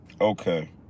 Okay